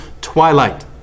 twilight